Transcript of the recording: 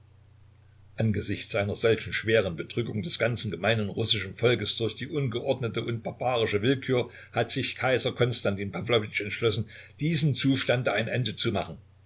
angesichts einer solchen schweren bedrückung des ganzen gemeinen russischen volkes durch die ungeordnete und barbarische willkür hat sich kaiser konstantin pawlowitsch entschlossen diesem zustande ein ende zu machen